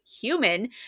human